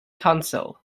council